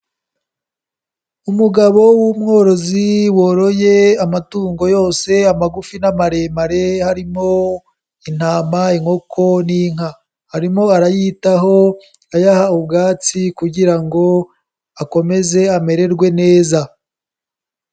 Umugabo w'umworozi woroye amatungo yose, amagufi n'amaremare harimo: intama, inkoko n'inka. Arimo arayitaho, ayaha ubwatsi kugira ngo akomeze amererwe neza.